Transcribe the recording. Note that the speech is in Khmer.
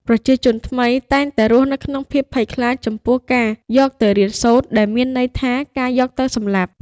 ប្រជាជនថ្មីតែងតែរស់ក្នុងភាពភ័យខ្លាចចំពោះការ "យកទៅរៀនសូត្រ" ដែលមានន័យថាការយកទៅសម្លាប់។